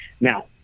Now